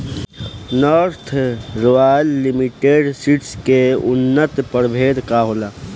North royal limited seeds के उन्नत प्रभेद का होला?